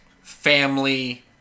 family